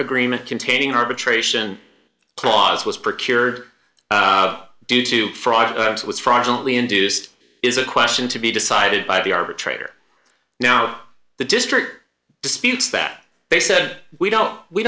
agreement containing arbitration clause was procured due to fraud was fraudulent we induced is a question to be decided by the arbitrator now the district disputes that they said we don't we